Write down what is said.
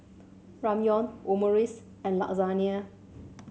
Ramyeon Omurice and Lasagne